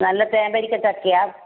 നല്ല തേൻ വരിക്ക ചക്കയാണ്